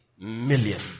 million